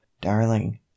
darling